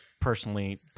personally